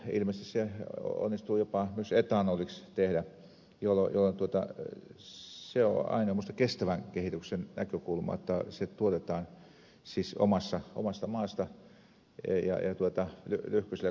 ilmeisesti sen voi jopa myös etanoliksi tehdä jolloin se on minusta aina kestävän kehityksen näkökulma jotta se tuotetaan omasta maasta ja lyhkäisillä kuljetusmatkoilla